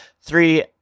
three